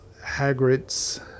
Hagrid's